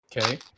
Okay